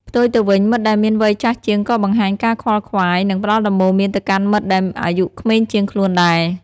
ផ្ទុយទៅវិញ មិត្តដែលមានវ័យចាស់ជាងក៏បង្ហាញការខ្វល់ខ្វាយ និងផ្តល់ដំបូន្មានទៅកាន់មិត្តដែលអាយុក្មេងជាងខ្លួនដែរ។